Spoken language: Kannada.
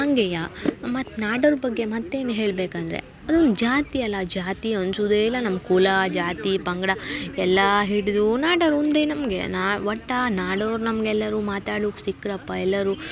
ಹಾಗೆಯ ಮತ್ತು ನಾಡೋರ ಬಗ್ಗೆ ಮತ್ತೇನು ಹೇಳಬೇಕಂದ್ರೆ ಅದೊಂದು ಜಾತಿಯಲ್ಲ ಜಾತಿ ಅನಿಸುದೇ ಇಲ್ಲ ನಮ್ಮ ಕುಲ ಜಾತಿ ಪಂಗಡ ಎಲ್ಲ ಹಿಡಿದು ನಾಡೋರು ಒಂದೇ ನಮಗೆ ನಾ ಒಟ್ಟು ನಾಡೋರು ನಮ್ಗೆ ಎಲ್ಲಾರೂ ಮಾತಾಡುಕ್ಕೆ ಸಿಕ್ಕರಪ್ಪ ಎಲ್ಲಾರೂ